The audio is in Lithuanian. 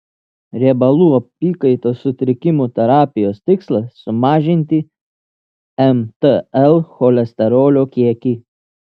riebalų apykaitos sutrikimų terapijos tikslas sumažinti mtl cholesterolio kiekį